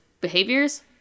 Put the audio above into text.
behaviors